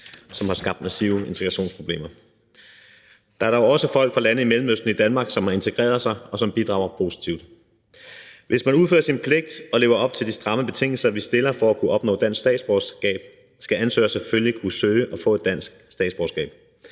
det har skabt massive integrationsproblemer. Der er dog også folk fra lande i Mellemøsten i Danmark, som har integreret sig, og som bidrager positivt. Hvis man udfører sin pligt og lever op til de stramme betingelser, vi stiller for at kunne opnå dansk statsborgerskab, skal ansøgeren selvfølgelig kunne søge og få et dansk statsborgerskab.